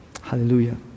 Hallelujah